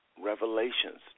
revelations